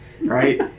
right